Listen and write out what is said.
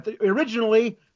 originally